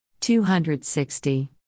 260